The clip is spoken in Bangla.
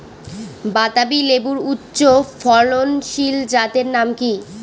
বাতাবি লেবুর উচ্চ ফলনশীল জাতের নাম কি?